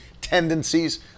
tendencies